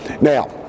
Now